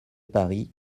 paris